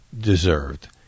deserved